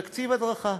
תקציב הדרכה.